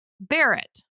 Barrett